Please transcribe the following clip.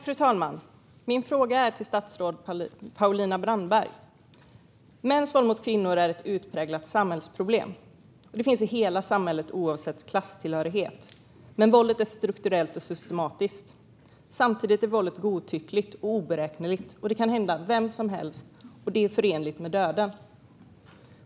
Fru talman! Min fråga är till statsrådet Paulina Brandberg. Mäns våld mot kvinnor är ett utpräglat samhällsproblem. Det finns i hela samhället, oavsett klasstillhörighet. Våldet är strukturellt och systematiskt. Samtidigt är våldet godtyckligt och oberäkneligt. Det kan drabba vem som helst, och det kan leda till döden.